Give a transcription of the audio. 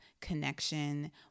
connection